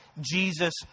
Jesus